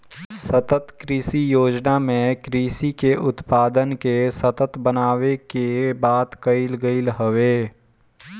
सतत कृषि योजना में कृषि के उत्पादन के सतत बनावे के बात कईल गईल हवे